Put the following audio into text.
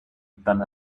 than